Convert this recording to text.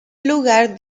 lugar